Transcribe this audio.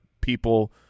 people